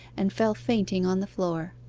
and fell fainting on the floor.